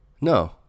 No